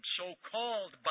so-called